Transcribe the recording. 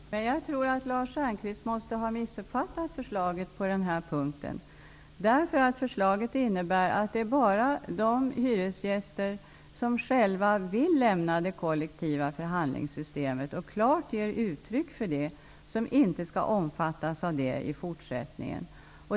Herr talman! Jag tror att Lars Stjernkvist måste ha missuppfattat förslaget på den här punkten. Förslaget innebär att det bara är de hyresgäster som själva vill lämna det kollektiva förhandlingssystemet och klart ger uttryck för det, som inte skall omfattas av det i fortsättningen.